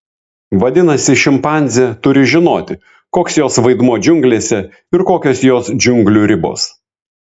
vadinasi šimpanzė turi žinoti koks jos vaidmuo džiunglėse ir kokios jos džiunglių ribos